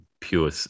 pure